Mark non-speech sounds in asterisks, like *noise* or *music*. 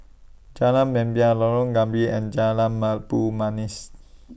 Jalan Membina Lorong Gambir and Jalan *unintelligible* Manis